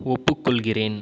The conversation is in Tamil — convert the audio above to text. ஒப்புக்கொள்கிறேன்